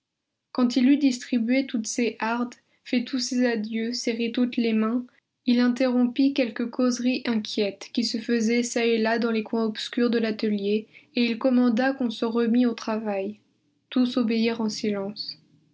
quand il eut distribué toutes ses hardes fait tous ses adieux serré toutes les mains il interrompit quelques causeries inquiètes qui se faisaient çà et là dans les coins obscurs de l'atelier et il commanda qu'on se remît au travail tous obéirent en silence